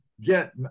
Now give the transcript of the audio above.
get